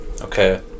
Okay